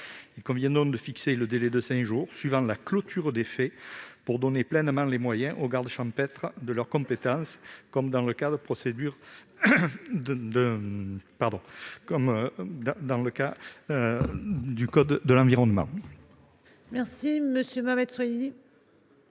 Il convient donc de fixer le délai des cinq jours qui suivent la clôture des faits pour donner pleinement les moyens aux gardes champêtres de leurs compétences, comme c'est dans le cas du code de l'environnement.